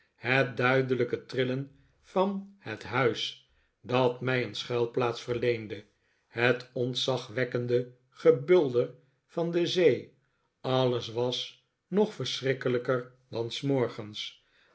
het duidelijke trillen van het huis dat mij een schuilplaats verleende het ontzagwekkende gebulder van de zee alles was nog verschrikkelijker dan s morgens